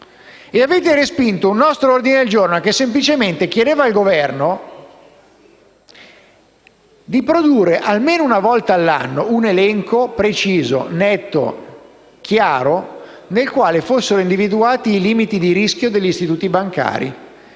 E avete respinto un nostro ordine del giorno che semplicemente chiedeva al Governo di produrre, almeno una volta all'anno, un elenco preciso e chiaro nel quale fossero individuati i limiti di rischio degli istituti bancari.